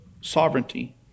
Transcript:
sovereignty